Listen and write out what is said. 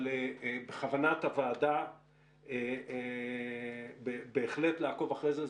אבל כוונת הוועדה בהחלט לעקוב אחרי זה.